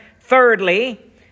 thirdly